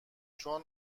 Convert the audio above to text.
چون